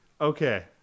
okay